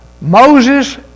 Moses